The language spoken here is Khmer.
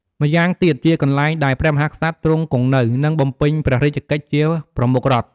ម្យ៉ាងទៀតជាកន្លែងដែលព្រះមហាក្សត្រទ្រង់គង់នៅ និងបំពេញព្រះរាជកិច្ចជាប្រមុខរដ្ឋ។